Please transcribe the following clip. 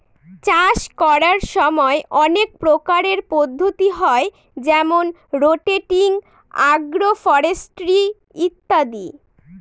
চাষ করার সময় অনেক প্রকারের পদ্ধতি হয় যেমন রোটেটিং, আগ্র ফরেস্ট্রি ইত্যাদি